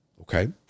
Okay